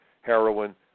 heroin